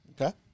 Okay